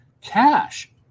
Cash